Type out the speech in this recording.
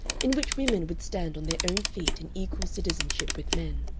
in which women would stand on their own feet in equal citizenship with men.